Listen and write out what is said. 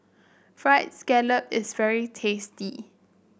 fried scallop is very tasty